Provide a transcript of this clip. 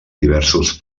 diversos